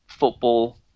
football